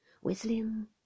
whistling